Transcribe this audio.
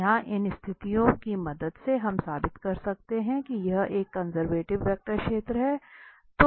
यहां इन स्थितियों की मदद से हम साबित कर सकते हैं कि यह एक कंजर्वेटिव वेक्टर क्षेत्र है